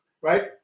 right